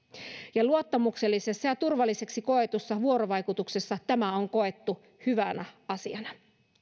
luottamuksellisessa ja turvalliseksi koetussa vuorovaikutuksessa tämä on koettu hyvänä asiana